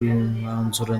mwanzuro